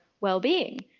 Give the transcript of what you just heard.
well-being